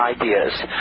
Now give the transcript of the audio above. ideas